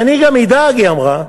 ואני גם אדאג, היא אמרה,